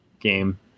game